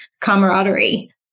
camaraderie